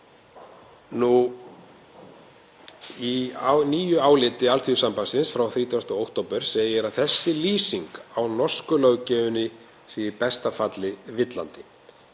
Í nýju áliti Alþýðusambandsins frá 30. október segir að þessi lýsing á norsku löggjöfinni sé í besta falli villandi.